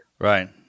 Right